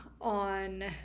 on